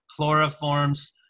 chloroforms